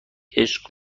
عشق